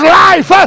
life